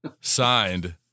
signed